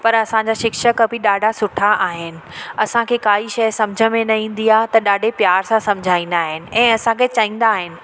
पर असांजा शिक्षक बि ॾाढा सुठा आहिनि असांखे काई शइ सम्झ में न ईंदी आहे त ॾाढे प्यार सां सम्झाईंदा आहिनि ऐं असांखे चवंदा आहिनि